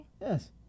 Yes